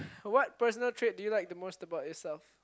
what personal trait do you like the most about yourself